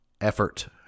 effort